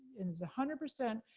is a hundred percent,